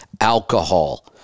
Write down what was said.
Alcohol